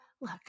look